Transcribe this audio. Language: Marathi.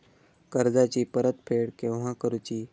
कर्जाची परत फेड केव्हा करुची?